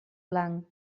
blanc